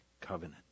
covenant